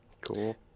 cool